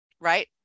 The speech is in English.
right